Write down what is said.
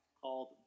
called